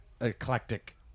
eclectic